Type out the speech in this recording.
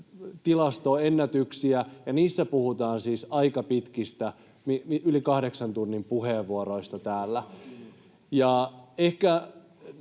tilastoennätyksiä — ja niissä puhutaan siis aika pitkistä, yli kahdeksan tunnin puheenvuoroista täällä.